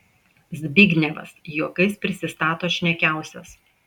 zbignevas juokais prisistato šnekiausias